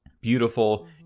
beautiful